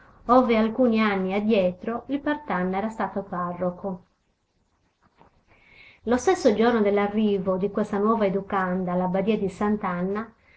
ove alcuni anni addietro il partanna era stato parroco lo stesso giorno dell'arrivo di questa nuova educanda alla badia di